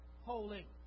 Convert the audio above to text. holy